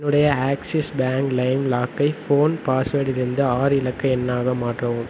என்னுடைய Axis bank லைம் லாக்கை ஃபோன் பாஸ்வேடிலிருந்து ஆறு இலக்க எண்ணாக மாற்றவும்